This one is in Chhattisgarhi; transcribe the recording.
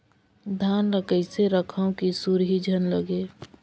धान ल कइसे रखव कि सुरही झन लगे?